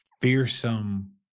fearsome